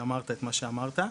שאמרת את מה שאמרת.